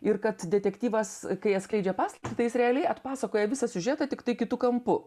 ir kad detektyvas kai atskleidžia paslaptį tai jis realiai atpasakoja visą siužetą tiktai kitu kampu